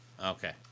Okay